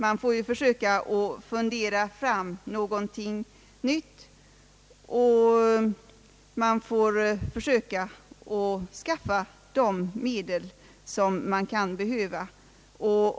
Man får försöka fundera fram någonting nytt och försöka skaffa de medel som man kan behöva.